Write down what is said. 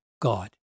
God